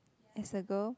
as a girl